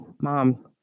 Mom